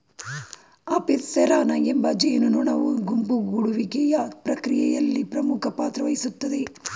Apis cerana ಎಂಬ ಜೇನುನೊಣವು ಗುಂಪು ಗೂಡುವಿಕೆಯ ಪ್ರಕ್ರಿಯೆಯಲ್ಲಿ ಪ್ರಮುಖ ಪಾತ್ರವಹಿಸ್ತದೆ